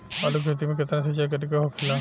आलू के खेती में केतना सिंचाई करे के होखेला?